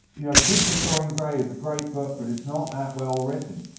you know, the picture of dorian gray is a great book, but it's not that well written.